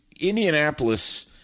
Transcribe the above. Indianapolis